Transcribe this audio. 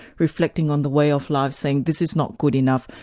reflecting on the way of life, saying this is not good enough,